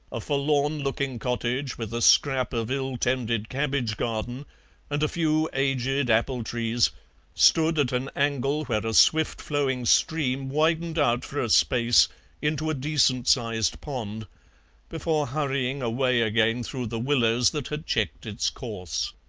a forlorn-looking cottage with a scrap of ill-tended cabbage garden and a few aged apple trees stood at an angle where a swift flowing stream widened out for a space into a decent sized pond before hurrying away again through the willows that had checked its course.